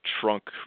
trunk